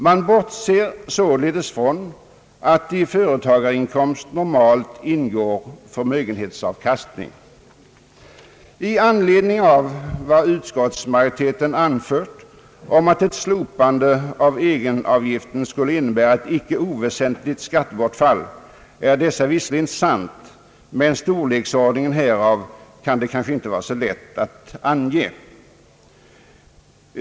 Man bortser således från att i företagarinkomst normalt ingår förmögenhetsavkastning.» Vad utskottsmajoriteten anfört om att ett slopande av egenavgiften skulle innebära ett icke oväsentligt skattebortfall är visserligen sant, men storleksordningen härav är kanske inte så lätt att ange.